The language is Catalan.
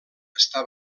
està